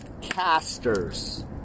casters